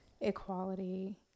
equality